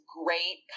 great